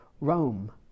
Rome